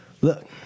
Look